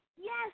yes